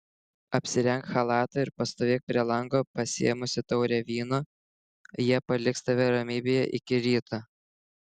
apsirenk chalatą ir pastovėk prie lango pasiėmusi taurę vyno jie paliks tave ramybėje iki ryto